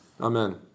Amen